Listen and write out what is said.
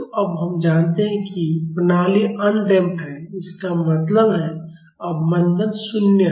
तो अब जब हम मानते हैं कि प्रणाली अन डैम्प है इसका मतलब है अवमंदन 0 है